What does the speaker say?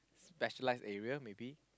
specialised area maybe